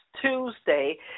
Tuesday